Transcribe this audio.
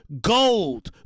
Gold